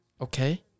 okay